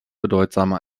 bedeutsame